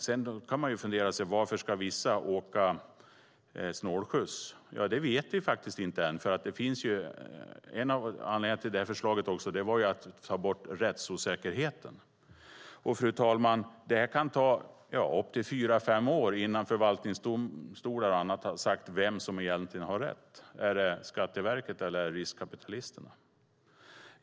Sedan kan man fundera på varför vissa ska åka snålskjuts, och det vet vi faktiskt inte ännu. En ytterligare anledning till förslaget var att ta bort rättsosäkerheten. Det kan, fru talman, ta fyra fem år innan förvaltningsdomstolar och andra sagt vem som egentligen har rätt, om det är Skatteverket eller riskkapitalisterna.